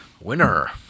Winner